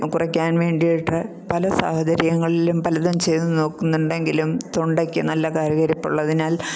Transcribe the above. കുറയ്ക്കാൻ വേണ്ടിയിട്ട് പല സാഹചര്യങ്ങളിലും പലതും ചെയ്തു നോക്കുന്നുണ്ടെങ്കിലും തൊണ്ടയ്ക്ക് നല്ല കരകരപ്പുള്ളതിനാൽ